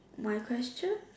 my question